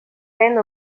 vaines